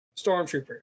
stormtrooper